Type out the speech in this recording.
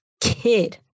kid